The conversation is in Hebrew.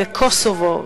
בקוסובו,